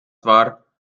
war